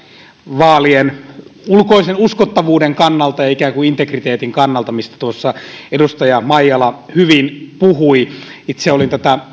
vaalien ulkoisen uskottavuuden kannalta ja ikään kuin integriteetin kannalta mistä tuossa edustaja maijala hyvin puhui itse olin tätä